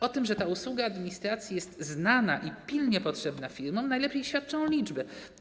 O tym, że ta usługa administracji jest znana i pilnie potrzebna firmom, najlepiej świadczą liczby.